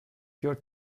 your